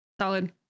solid